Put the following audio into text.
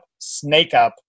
Snakeup